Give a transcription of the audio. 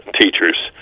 teachers